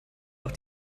auch